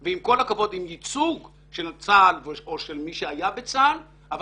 עם ייצוג של צה"ל או מי שהיה בצה"ל אבל